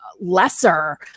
lesser